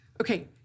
Okay